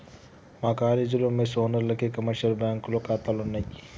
మా కాలేజీలో మెస్ ఓనర్లకి కమర్షియల్ బ్యాంకులో ఖాతాలున్నయ్